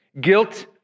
Guilt